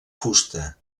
fusta